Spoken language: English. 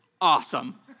awesome